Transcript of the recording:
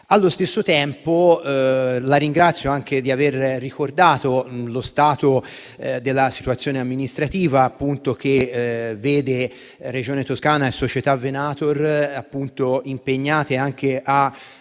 Allo stesso tempo la ringrazio di aver ricordato lo stato della situazione amministrativa, che vede Regione Toscana e società Venator impegnate a